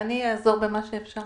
אעזור במה שאפשר.